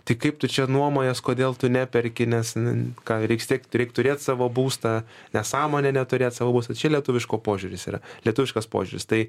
tik kaip tu čia nuomojies kodėl tu neperki nes ką reiks tiek reik turėt savo būstą nesąmonė neturėt savo būsto čia lietuviško požiūris yra lietuviškas požiūris tai